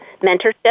mentorship